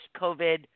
COVID